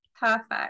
Perfect